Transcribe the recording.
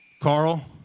Carl